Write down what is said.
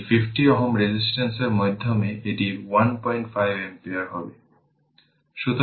সুতরাং যদি তাই করেন তাহলে 05 পাবেন এটি 05 হেনরি দেওয়া হয়েছে তাই L l 1 dt